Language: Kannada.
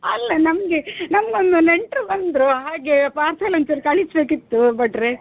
ಅಲ್ಲ ನಮಗೆ ನಮಗೊಂದು ನೆಂಟರು ಬಂದರು ಹಾಗೆ ಪಾರ್ಸಲ್ ಒಂಚೂರು ಕಳಿಸಬೇಕಿತ್ತು ಭಟ್ರೆ